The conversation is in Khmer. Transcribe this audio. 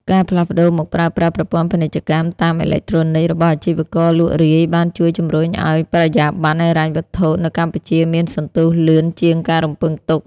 ការផ្លាស់ប្តូរមកប្រើប្រាស់ ប្រព័ន្ធពាណិជ្ជកម្មតាមអេឡិចត្រូនិក របស់អាជីវករលក់រាយ បានជួយជម្រុញឱ្យ បរិយាបន្នហិរញ្ញវត្ថុ នៅកម្ពុជាមានសន្ទុះលឿនជាងការរំពឹងទុក។